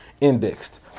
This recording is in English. Indexed